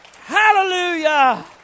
Hallelujah